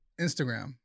Instagram